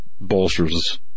bolsters